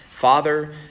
Father